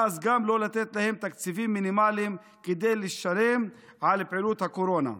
ואז גם לא לתת להם תקציבים מינימליים כדי לשלם על פעילות הקורונה.